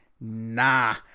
nah